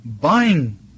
buying